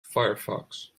firefox